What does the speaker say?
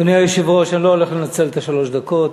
אדוני היושב-ראש, אני לא הולך לנצל את שלוש הדקות.